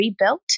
rebuilt